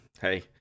hey